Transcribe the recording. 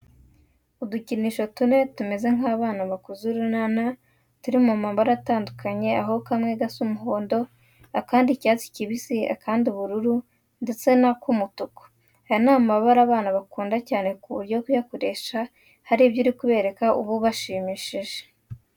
Udukinisho tune tumeze nk'abana bakoze urunana turi mu mabara atandukanye aho kamwe gasa umuhondo, akandi icyatsi kibisi, akandi ubururu ndetse n'ak'umutuku. Aya ni amabara abana bakunda cyane ku buryo kuyakoresha hari ibyo uri kubereka uba ubashimishije.